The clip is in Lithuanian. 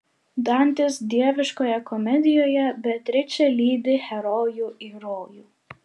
dantės dieviškoje komedijoje beatričė lydi herojų į rojų